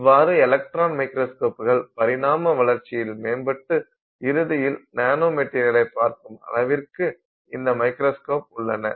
இவ்வாறு எலக்ட்ரான் மைக்ரோஸ்கோப்புகள் பரிணாம வளர்ச்சியில் மேம்பட்டு இறுதியில் நானோ மெட்டீரியலை பார்க்கும் அளவிற்கு இந்த மைக்ரோஸ்கோப் உள்ளன